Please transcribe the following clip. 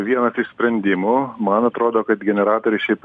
vienas iš sprendimų man atrodo kad generatorius šiaip